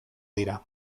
dira